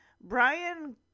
Brian